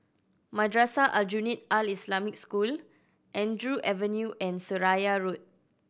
Madrasah Aljunied Al Islamic School Andrew Avenue and Seraya Road